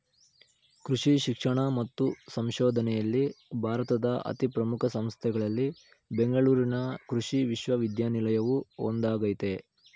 ಕೃಷಿ ಶಿಕ್ಷಣ ಮತ್ತು ಸಂಶೋಧನೆಯಲ್ಲಿ ಭಾರತದ ಅತೀ ಪ್ರಮುಖ ಸಂಸ್ಥೆಗಳಲ್ಲಿ ಬೆಂಗಳೂರಿನ ಕೃಷಿ ವಿಶ್ವವಿದ್ಯಾನಿಲಯವು ಒಂದಾಗಯ್ತೆ